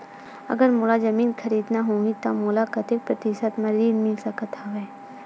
अगर मोला जमीन खरीदना होही त मोला कतेक प्रतिशत म ऋण मिल सकत हवय?